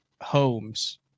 homes